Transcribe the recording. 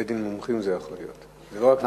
בית-דין מומחים זה יכול להיות, לא רק "מזומן".